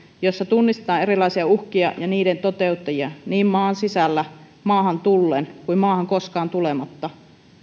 jossa tunnistetaan erilaisia uhkia ja niiden toteuttajia niin maan sisällä maahan tullen kuin maahan koskaan tulematta